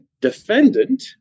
defendant